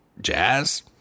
jazz